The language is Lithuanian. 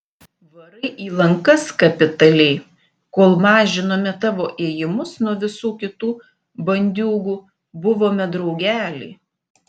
varai į lankas kapitaliai kol mažinome tavo ėjimus nuo visų kitų bandiūgų buvome draugeliai